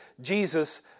Jesus